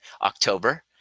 October